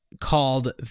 called